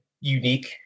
unique